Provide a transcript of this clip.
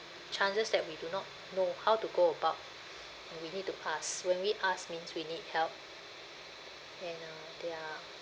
chances that we do not know how to go about and we need to ask when we ask means we need help and uh they are